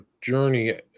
journey